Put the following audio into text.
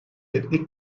etnik